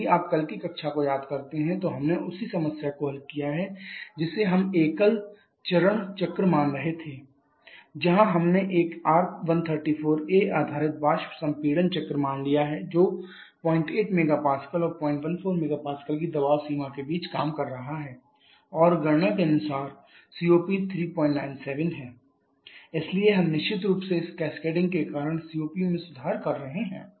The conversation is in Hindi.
यदि आप कल की कक्षा को याद करते हैं तो हमने उसी समस्या को हल किया है जिसे हम एक एकल चरण चक्र मान रहे थे जहाँ हमने एक R134a आधारित वाष्प संपीड़न चक्र मान लिया है जो 08 MPa और 014 MPa की दबाव सीमा के बीच काम कर रहा है और गणना के अनुसार COP 397 है इसलिए हम निश्चित रूप से इस कैस्केडिंग के कारण COP में सुधार कर रहे हैं